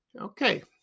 Okay